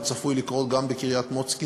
וצפוי לקרות גם בקריית-מוצקין,